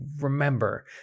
remember